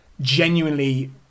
genuinely